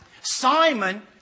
Simon